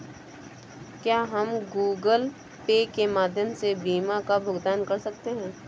क्या हम Google Pay के माध्यम से बीमा का भुगतान कर सकते हैं?